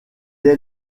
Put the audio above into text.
est